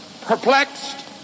perplexed